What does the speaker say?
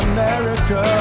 America